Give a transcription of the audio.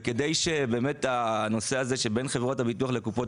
וכדי שנושא הזה שבין חברות הביטוח לקופות